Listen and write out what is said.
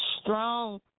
strong